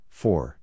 four